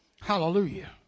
Hallelujah